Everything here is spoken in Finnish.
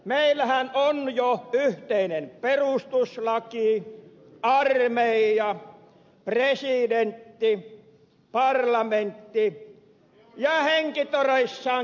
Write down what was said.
meillähän on jo yhteinen perustuslaki armeija presidentti parlamentti ja henkitoreissaan kituva valuutta